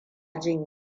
jin